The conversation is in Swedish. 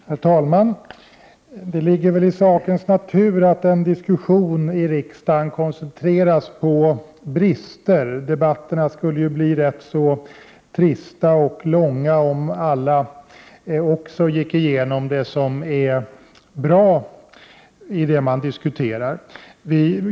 Herr talman! Det ligger väl i sakens natur att en diskussion i riksdagen koncentreras på brister. Debatterna skulle bli rätt trista och långa om alla också gick igenom det som är bra inom det ämne som man diskuterar.